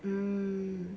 hmm